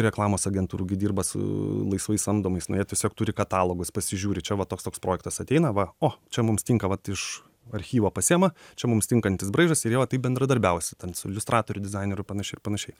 reklamos agentūrų gi dirba su laisvai samdomais nu jie tiesiog turi katalogus pasižiūri čia va toks toks projektas ateina va o čia mums tinka vat iš archyvo pasiima čia mums tinkantis braižas ir jo tai bendradarbiausi ten su iliustratoriu dizaineriu panašiai ir panašiai